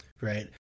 right